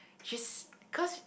she's cause